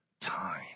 time